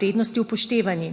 vrednosti upoštevani.